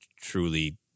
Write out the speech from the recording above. truly